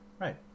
right